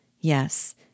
Yes